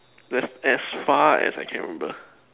that's as far as I can remember